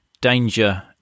danger